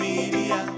Media